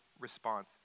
response